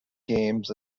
games